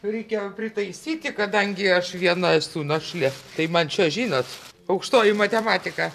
reikia pritaisyti kadangi aš viena esu našlė tai man čia žinot aukštoji matematika